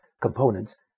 components